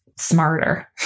smarter